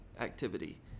activity